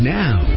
now